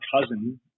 cousin